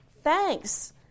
thanks